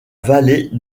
vallée